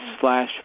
slash